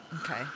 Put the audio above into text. Okay